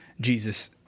Jesus